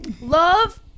love